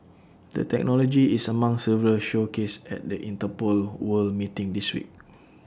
the technology is among several showcased at the Interpol world meeting this week